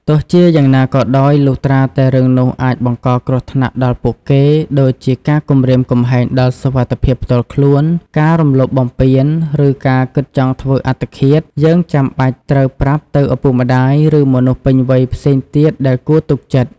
ទោះជាយ៉ាងណាក៏ដោយ លុះត្រាតែរឿងនោះអាចបង្កគ្រោះថ្នាក់ដល់ពួកគេ ដូចជាការគំរាមកំហែងដល់សុវត្ថិភាពផ្ទាល់ខ្លួន ការរំលោភបំពាន ឬការគិតចង់ធ្វើអត្តឃាត យើងចាំបាច់ត្រូវប្រាប់ទៅឪពុកម្តាយ ឬមនុស្សពេញវ័យផ្សេងទៀតដែលគួរទុកចិត្ត។